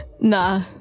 Nah